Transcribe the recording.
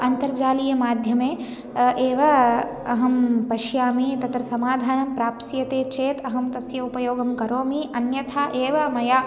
अन्तर्जालीयमाध्यमेन एव अहं पश्यामि तत्र समाधानं प्राप्स्यते चेत् अहं तस्य उपयोगं करोमि अन्यथा एव मया